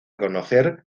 conocer